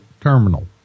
terminal